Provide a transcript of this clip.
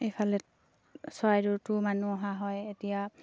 এইফালে চৰাইদেউটো মানুহ অহা হয় এতিয়া